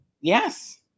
Yes